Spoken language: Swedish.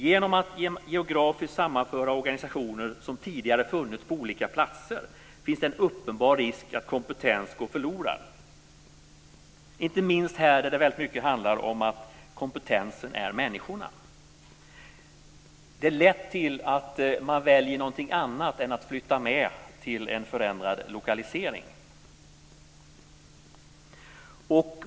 Genom att geografiskt sammanföra organisationer som tidigare funnits på olika platser finns det en uppenbar risk att kompetens går förlorad. Det gäller inte minst här där det väldigt mycket handlar om att kompetensen är människor. Det är lätt att man väljer någonting annat än att flytta med till en förändrad lokalisering.